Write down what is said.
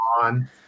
on